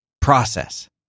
process